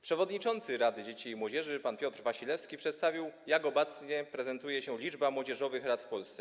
Przewodniczący Rady Dzieci i Młodzieży pan Piotr Wasilewski przedstawił, jak obecnie prezentuje się liczba młodzieżowych rad w Polsce.